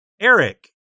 Eric